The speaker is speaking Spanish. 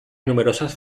numerosas